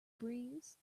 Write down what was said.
breeze